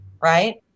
Right